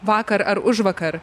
vakar ar užvakar